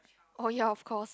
oh ya of course